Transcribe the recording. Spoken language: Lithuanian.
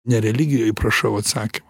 ne religijoj prašau atsakymo